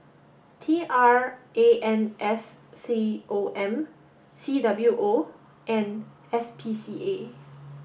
T R A N S C O M C W O and S P C A